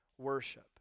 worship